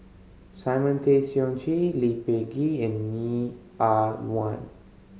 Simon Tay Seong Chee Lee Peh Gee and Neo Ah Luan